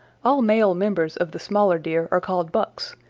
all male members of the smaller deer are called bucks,